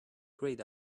grayed